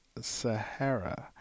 Sahara